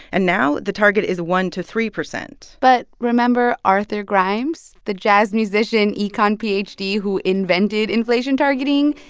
and now the target is one to three percent but remember arthur grimes, the jazz musician econ ph d. who invented inflation targeting?